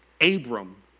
Abram